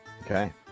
Okay